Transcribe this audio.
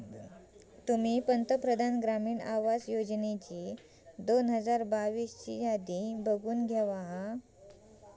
तुम्ही पंतप्रधान ग्रामीण आवास योजनेची दोन हजार बावीस ची यादी बघानं घेवा